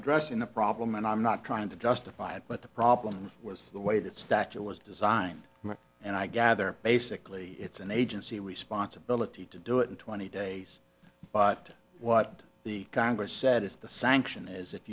addressing the problem and i'm not trying to justify it but the problem was the way that statue was designed and i gather basically it's an agency responsibility to do it in twenty days but what the congress said is the sanction is if